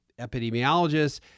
epidemiologists